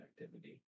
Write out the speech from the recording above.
activity